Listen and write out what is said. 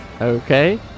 Okay